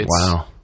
Wow